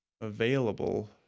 available